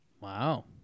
Wow